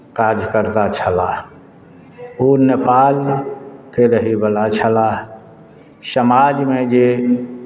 कार्यकर्त्ता छलाह ओ नेपालके रहयवला छलाह समाजमे जे